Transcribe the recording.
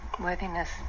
worthiness